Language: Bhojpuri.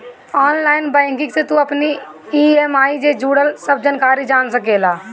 ऑनलाइन बैंकिंग से तू अपनी इ.एम.आई जे जुड़ल सब जानकारी जान सकेला